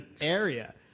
area